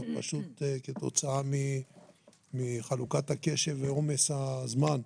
פשוט כתוצאה מחלוקת הקשב ועומס הזמן.